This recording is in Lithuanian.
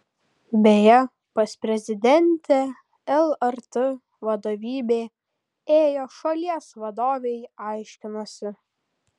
beje pas prezidentę lrt vadovybė ėjo šalies vadovei aiškinosi